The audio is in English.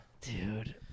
Dude